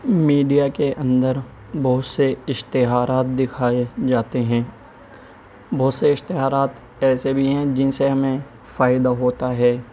media کے اندر بہت سے اشتہارات دکھائے جاتے ہیں بہت سے اشتہارات ایسے بھی ہیں جن سے ہمیں فائدہ ہوتا ہے